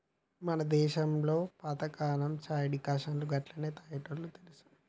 మన దేసంలో పాతకాలంలో చాయ్ డికాషన్ను గట్లనే తాగేటోల్లు తెలుసా